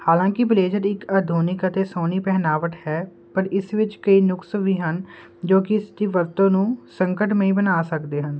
ਹਾਲਾਂਕੀ blazer ਇੱਕ ਆਧੁਨਿਕ ਅਤੇ ਸੋਹਣੀ ਪਹਿਨਾਵਟ ਹੈ ਪਰ ਇਸ ਵਿੱਚ ਕਈ ਨੁਕਸ ਵੀ ਹਨ ਜੋ ਕੀ ਇਸ ਦੀ ਵਰਤੋਂ ਨੂੰ ਸੰਕਟਮਈ ਬਣਾ ਸਕਦੇ ਹਨ